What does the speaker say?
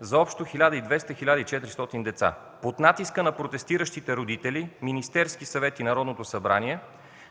за общо 1200-1400 деца. Под натиска на протестиращите родители Министерският съвет и Народното събрание